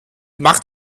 macht